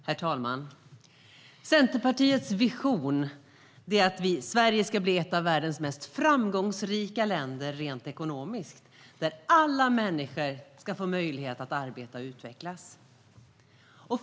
Herr talman! Centerpartiets vision är att Sverige ska bli ett av världens mest framgångsrika länder rent ekonomiskt. Alla människor ska få möjlighet att arbeta och utvecklas.